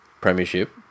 premiership